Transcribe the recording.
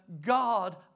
God